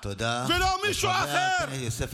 אתה ולא מישהו אחר, תודה לחבר הכנסת יוסף עטאונה.